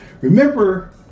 Remember